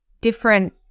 different